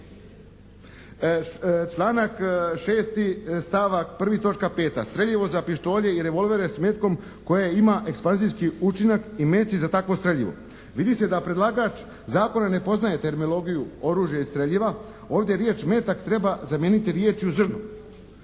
Članak 6., stavak 1., točka 5. Streljivo za pištolje i revolvere s metkom koje ima ekspanzijski učinak i meci za takvo streljivo. Vidi se da predlagač zakone ne poznaje terminologiju oružja i streljiva. Ovdje riječ metak treba zamijeniti riječju zrno.